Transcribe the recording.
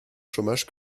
chômage